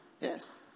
Yes